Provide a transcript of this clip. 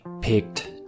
picked